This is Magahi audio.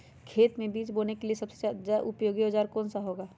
खेत मै बीज बोने के लिए सबसे ज्यादा उपयोगी औजार कौन सा होगा?